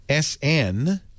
sn